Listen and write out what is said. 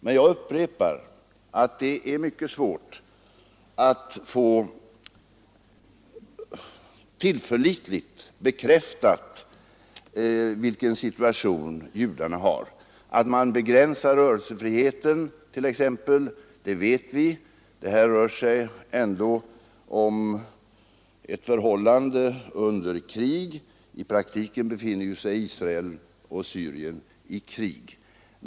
Men jag upprepar att det är mycket svårt att få tillförlitligt bekräftat vilken situation judarna är i. Att man begränsar deras rörelsefrihet vet vit.ex. Det rör sig ändå om förhållanden under krig — i praktiken befinner sig ju Israel och Syrien i krig.